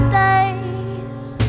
days